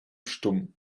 stumm